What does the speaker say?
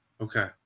Okay